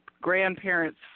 grandparents